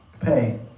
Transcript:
pay